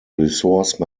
resource